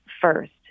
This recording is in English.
first